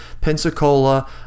Pensacola